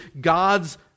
God's